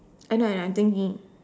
I know I know I'm thinking